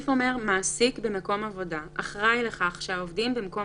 הסעיף אומר: מעסיק במקום עבודה אחראי לכך שהעובדים במקום